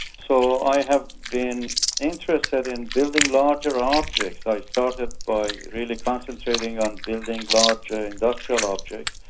so i have been interested in building larger objects. i started by really concentrating on building larger industrial objects,